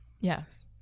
Yes